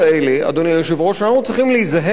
אנחנו צריכים להיזהר עוד יותר,